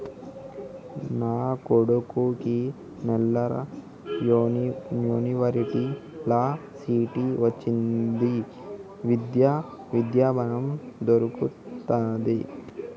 నా కొడుకుకి నల్సార్ యూనివర్సిటీ ల సీట్ వచ్చింది విద్య ఋణం దొర్కుతదా?